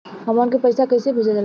हमन के पईसा कइसे भेजल जाला?